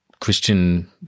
Christian